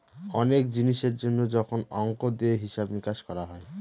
অনেক জিনিসের জন্য যখন অংক দিয়ে হিসাব নিকাশ করা হয়